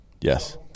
Yes